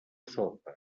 sopa